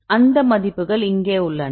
அந்த மதிப்புகள் இங்கே உள்ளன